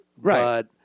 Right